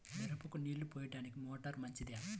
మిరపకు నీళ్ళు పోయడానికి మోటారు మంచిదా?